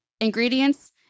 ingredients